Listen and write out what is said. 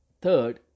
Third